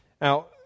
Now